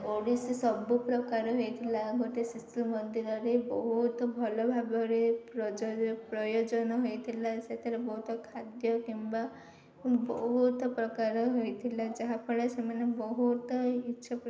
ଓଡ଼ିଶୀ ସବୁ ପ୍ରକାର ହେଇଥିଲା ଗୋଟେ ଶିଶୁ ମନ୍ଦିରରେ ବହୁତ ଭଲ ଭାବରେ ପ୍ରୟୋଜନ ହେଇଥିଲା ସେଥିରେ ବହୁତ ଖାଦ୍ୟ କିମ୍ବା ବହୁତ ପ୍ରକାର ହୋଇଥିଲା ଯାହାଫଳରେ ସେମାନେ ବହୁତ ଇଚ୍ଛା